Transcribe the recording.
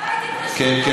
מתי תתחשבו בכבודה של הכנסת?